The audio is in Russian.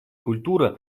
культура